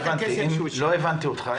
לא הבנתי אותך.